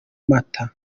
mata